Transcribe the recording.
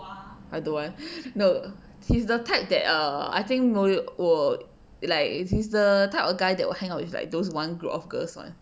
I don't want no he's the type that err I think mol~ will like it's he's the type of guy that will hang out with like those one group of girls [one]